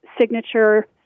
Signature